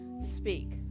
speak